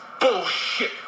bullshit